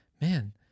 man